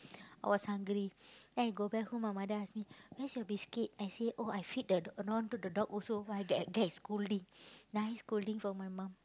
I was hungry then I go back home my mother ask me where is your biscuit I say oh I feed the dog know to the dog also I get get scolding nice scolding from my mum